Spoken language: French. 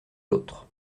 l’autre